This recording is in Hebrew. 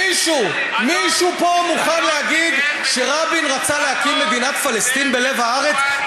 מישהו פה מוכן לומר שרבין רצה להקים מדינת פלסטין בלב הארץ?